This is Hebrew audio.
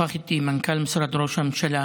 לפני שעה קלה שוחח איתי מנכ"ל משרד ראש הממשלה,